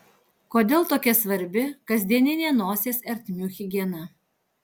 kodėl tokia svarbi kasdieninė nosies ertmių higiena